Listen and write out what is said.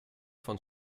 von